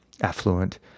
affluent